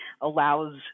allows